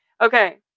okay